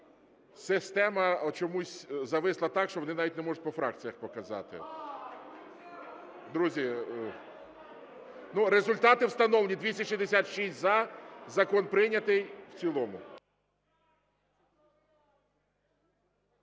система чомусь зависла так, що вони навіть не можуть по фракціях показати. Друзі, но результати встановлені: 266 – за, закон прийнятий в цілому.